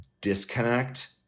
disconnect